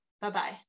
Bye-bye